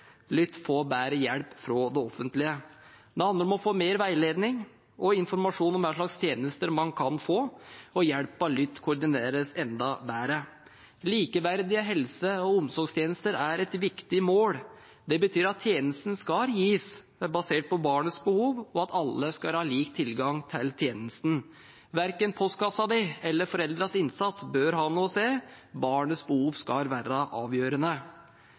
få bedre hjelp fra det offentlige. Det handler om å få mer veiledning og informasjon om hva slags tjenester man kan få, og hjelpen må koordineres enda bedre. Likeverdige helse- og omsorgstjenester er et viktig mål. Det betyr at tjenesten skal gis basert på barnets behov, og at alle skal ha lik tilgang til tjenesten. Verken postkassen din eller foreldrenes innsats bør ha noe å si. Barnets behov skal være av avgjørende.